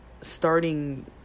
starting